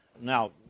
now